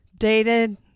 dated